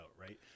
right